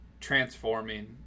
transforming